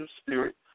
spirit